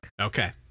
okay